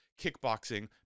kickboxing